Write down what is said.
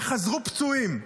וחזרו פצועים.